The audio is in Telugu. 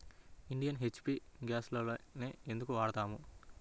ఇండియన్, హెచ్.పీ గ్యాస్లనే ఎందుకు వాడతాము?